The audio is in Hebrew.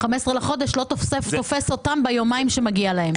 ה-15 בחודש לא תופס אותם ביומיים שמגיעים להם.